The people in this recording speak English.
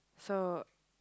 so